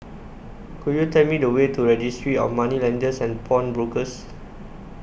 Could YOU Tell Me The Way to Registry of Moneylenders and Pawnbrokers